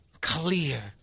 clear